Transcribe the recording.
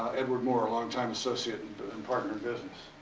edward moore, a longtime associate and partner in business.